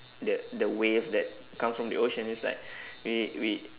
the the waves that comes from the ocean it's like we we